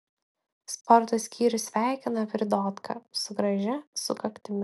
sporto skyrius sveikina pridotką su gražia sukaktimi